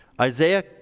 Isaiah